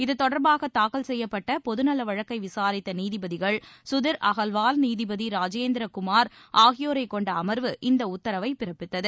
இத்தொடர்பாக தாக்கல் செய்யப்பட்டபொது நல வழக்கை விசாரித்த நீதிபதிகள் சுதீர் அகர்வால் நீதிபதி ராஜேந்திர குமார் ஆகியோரை கொண்ட அமாவு இந்த உத்தரவை பிறப்பித்தது